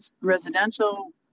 residential